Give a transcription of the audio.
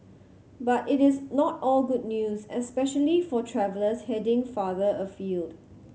but it is not all good news especially for travellers heading farther afield